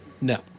No